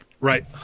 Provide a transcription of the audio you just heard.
Right